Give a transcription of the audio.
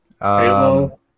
Halo